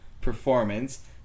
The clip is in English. performance